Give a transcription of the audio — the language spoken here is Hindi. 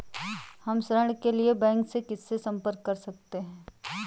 हम ऋण के लिए बैंक में किससे संपर्क कर सकते हैं?